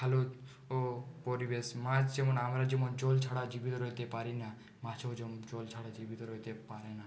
ও পরিবেশ মাছ যেমন আমরা যেমন জল ছাড়া জীবিত রইতে পারি না মাছও তেমন জল ছাড়া জীবিত রইতে পারে না